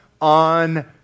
on